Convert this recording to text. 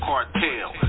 Cartel